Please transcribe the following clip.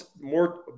more